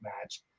match